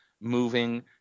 moving